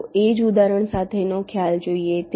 ચાલો એ જ ઉદાહરણ સાથેનો ખ્યાલ જોઈએ